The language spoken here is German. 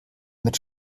mit